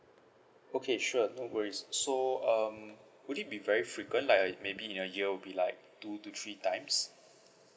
okay sure no worries so um would it be very frequent like uh maybe in a year will be like two to three times